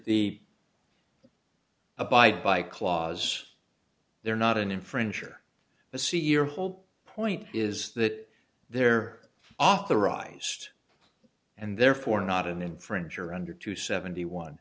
the abide by clause they're not an infringer to see your whole point is that they're authorized and therefore not an infringer under two seventy one